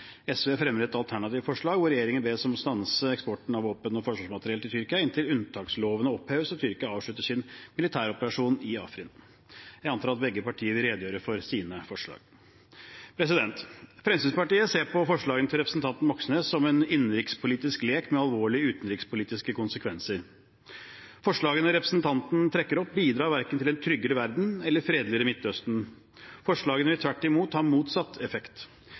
SV fremmer et alternativt forslag, hvor regjeringen bes om å stanse eksporten av våpen og forsvarsmateriell til Tyrkia inntil unntakslovene oppheves og Tyrkia avslutter sin militære operasjon i Afrin. Jeg antar at begge partiene vil redegjøre for sine forslag. Fremskrittspartiet ser på forslagene til representanten Moxnes som en innenrikspolitisk lek med alvorlige, utenrikspolitiske konsekvenser. Forslagene representanten trekker opp, bidrar verken til en tryggere verden eller et fredeligere Midtøsten. Forslagene vil tvert imot ha motsatt effekt.